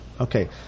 Okay